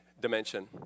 dimension